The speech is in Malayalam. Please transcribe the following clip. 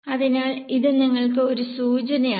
അതിനാൽ ഇത് നിങ്ങൾക്ക് ഒരു സൂചനയാണ്